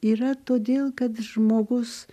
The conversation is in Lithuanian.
yra todėl kad žmogus